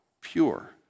pure